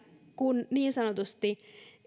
kun liikunta niin sanotusti